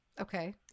Okay